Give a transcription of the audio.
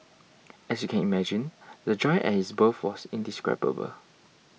as you can imagine the joy at his birth was indescribable